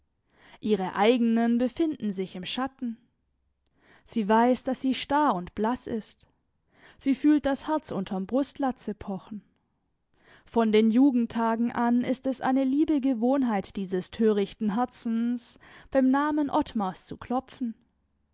ihre eigenen befinden sich im schatten sie weiß daß sie starr und blaß ist sie fühlt das herz unterm brustlatze pochen von den jugendtagen an ist es eine liebe gewohnheit dieses törichten herzens beim namen ottmars zu klopfen